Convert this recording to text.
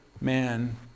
man